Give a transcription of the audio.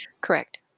Correct